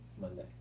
Monday